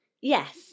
Yes